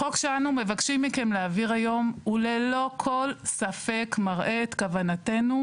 החוק שאנו מבקשים מכם להעביר היום ללא ספק מראה את כוונתנו,